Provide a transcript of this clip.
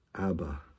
Abba